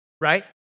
Right